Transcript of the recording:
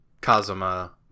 Kazuma